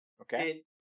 Okay